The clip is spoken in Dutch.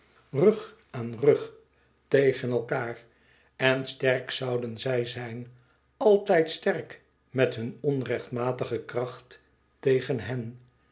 rug aan rug tegen elkaâr en sterk zouden zij zijn altijd sterk met hun onrechtmatige kracht tegen hèn